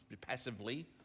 passively